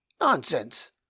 Nonsense